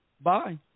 Bye